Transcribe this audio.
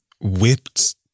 whipped